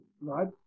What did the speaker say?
right